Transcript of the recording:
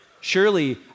surely